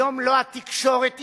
היום לא התקשורת עיקר,